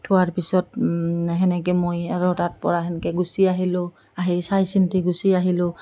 থোৱাৰ পিছত সেনেকৈ মই আৰু তাৰপৰা সেনেকৈ গুচি আহিলোঁ আহি চাই চিন্তি গুচি আহিলোঁ